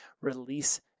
Release